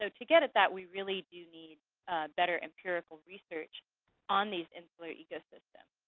so to get at that, we really do need better empirical research on these insular ecosystems